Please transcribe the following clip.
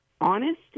honest